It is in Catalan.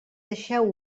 deixeu